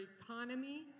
economy